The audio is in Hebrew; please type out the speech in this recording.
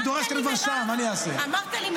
ודאי,